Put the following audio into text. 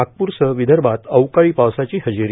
नागप्रसह विदर्भात अवकाळी पावसाची हजेरी